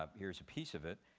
ah here's a piece of it.